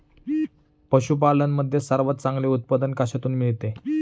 पशूपालन मध्ये सर्वात चांगले उत्पादन कशातून मिळते?